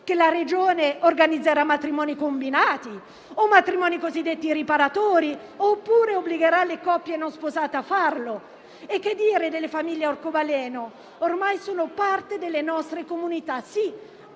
La Regione organizzerà matrimoni combinati, matrimoni cosiddetti riparatori oppure obbligherà le coppie non sposate a farlo? E che dire delle famiglie arcobaleno, che ormai sono parte delle nostre comunità? Sì,